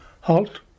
halt